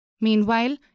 Meanwhile